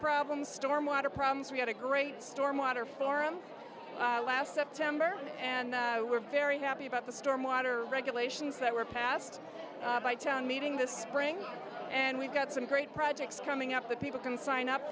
problems storm water problems we had a great storm water forum last september and we're very happy about the storm water regulations that were passed by town meeting this spring and we've got some great projects coming up that people can sign up